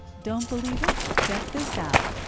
don't believe it? check this out.